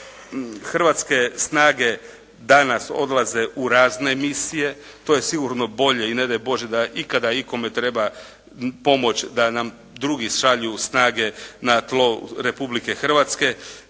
Hrvatske snage danas odlaze u razne misije koje sigurno bolje i ne daj Bože da ikada ikome treba pomoć da nam drugi šalju snage na tlo Republike Hrvatske.